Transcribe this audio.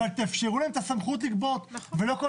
אבל תאפשרו להן את הסמכות לגבות ולא כל